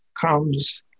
comes